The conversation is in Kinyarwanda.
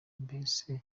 mbese